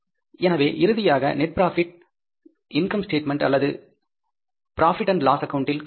எனவே இறுதியாக net profit income statement அல்லது ப்ராபிட் அண்ட் லாஸ் அக்கௌண்டில் கணக்கிடப்படும்